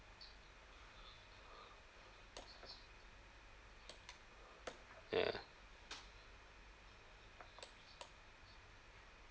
yeah